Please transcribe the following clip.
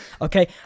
Okay